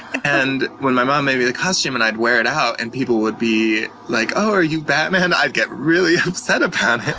and when my mom made me the costume and i'd wear it out, and people would be like, oh, are you batman? i'd get really upset about